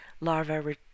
larva